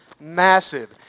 massive